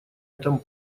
этом